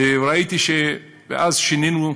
ואז שינינו,